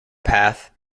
path